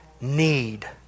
need